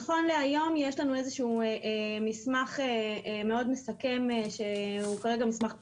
נכון להיום יש לנו איזשהו מסמך מאוד מסכם שהוא כרגע מסמך פנימי,